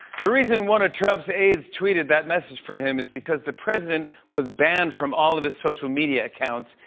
the reason one of trump's aides tweeted that message for him is because the president was banned from all of his social media accounts,